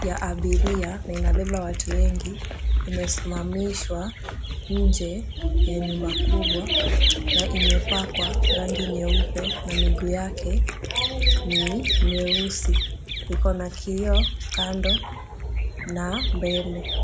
ya abiria na inabeba watu wengi, imesimamishwa nje ya nyumba kubwa na imepakwa rangi nyeupe na miguu yake ni nyeusi. Iko na kioo kando na mbele.